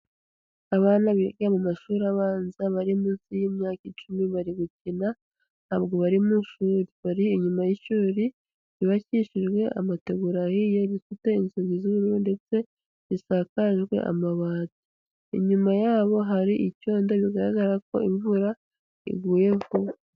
Abana biga mu mashuri abanza bari munsi y'imyaka icumi bari gukina, ntabwo bari mu ishuri. Bari inyuma y'ishuri, ryubakishijwe amategura ahiye, rifite inzozi z'ubumwe ndetse risakajwe amabati. Inyuma yabo hari icyonda bigaragara ko imvura iguye vuba.